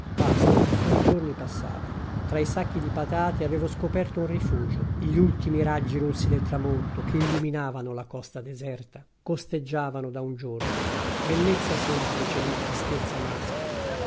basta i giorni passavano tra i sacchi di patate avevo scoperto un rifugio gli ultimi raggi rossi del tramonto che illuminavano la costa deserta costeggiavamo da un giorno bellezza semplice di tristezza maschia